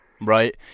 Right